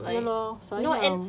ya lor sayang